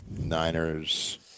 Niners